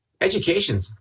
education